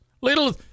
little